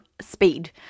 speed